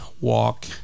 walk